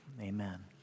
Amen